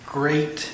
great